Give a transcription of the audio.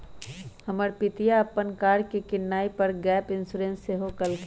हमर पितिया अप्पन कार के किनाइ पर गैप इंश्योरेंस सेहो लेलखिन्ह्